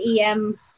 EM